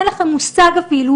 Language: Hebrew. אין לכם מושג אפילו,